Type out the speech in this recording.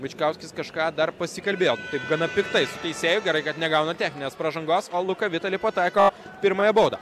bičkauskis kažką dar pasikalbėjo taip gana piktai su teisėju gerai kad negauna techninės pražangos o luka vitali pataiko pirmąją baudą